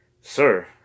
Sir